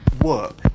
work